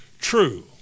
true